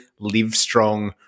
Livestrong